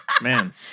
man